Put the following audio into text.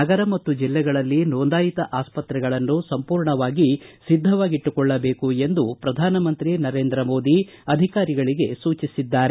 ನಗರ ಮತ್ತು ಜಿಲ್ಲೆಗಳಲ್ಲಿ ನೋಂದಾಯಿತ ಆಸ್ಪತ್ರೆಗಳನ್ನು ಸಂಪೂರ್ಣವಾಗಿ ಸಿದ್ದವಾಗಿಟ್ಟುಕೊಳ್ಳಬೇಕು ಎಂದು ಪ್ರಧಾನಮಂತ್ರಿ ನರೇಂದ್ರ ಮೋದಿ ಅಧಿಕಾರಿಗಳಿಗೆ ಸೂಚಿಸಿದ್ದಾರೆ